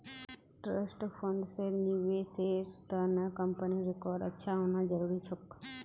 trust फंड्सेर निवेशेर त न कंपनीर रिकॉर्ड अच्छा होना जरूरी छोक